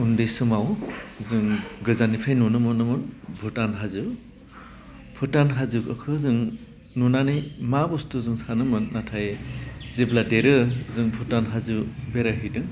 उन्दै समाव जों गोजाननिफ्राय नुनो मोनोमोन भुटान हाजो भुटान हाजोफोरखौ जों नुनानै मा बुस्थु जों सानोमोन नाथाय जेब्ला देरो जों भुटान हाजो बेरायहैदों